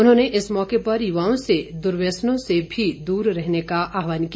उन्होंने इस मौके पर युवाओं से दुर्व्यसनों से भी दूर रहने का आहवान किया